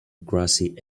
grassy